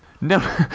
No